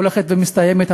שהולכת ומסתיימת,